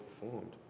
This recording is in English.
performed